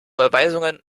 überweisungen